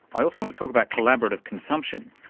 i also want to talk about collaborative consumption,